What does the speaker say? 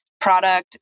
product